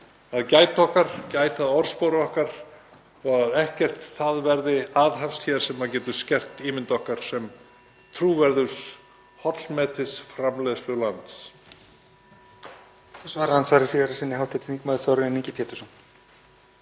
að gæta að orðspori okkar og að ekkert verði aðhafst hér sem getur skert ímynd okkar sem trúverðugs hollmetisframleiðslulands.